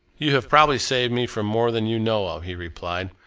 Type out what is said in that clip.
you have probably saved me from more than you know of, he replied.